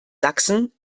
sachsen